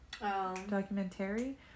Documentary